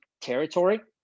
territory